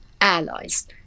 allies